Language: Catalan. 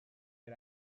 per